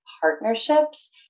partnerships